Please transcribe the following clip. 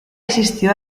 asistió